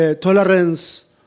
tolerance